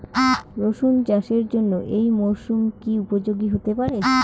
রসুন চাষের জন্য এই মরসুম কি উপযোগী হতে পারে?